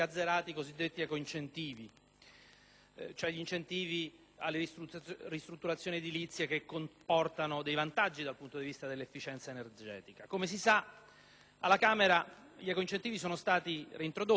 cioè gli incentivi alle ristrutturazioni edilizie che comportano vantaggi dal punto di vista dell'efficienza energetica. Come si sa, alla Camera gli ecoincentivi sono stati reintrodotti, più o meno nella forma originaria.